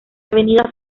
avenida